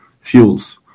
fuels